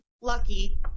lucky